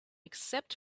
except